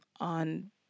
on